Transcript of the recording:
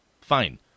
Fine